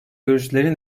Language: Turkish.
görüşleri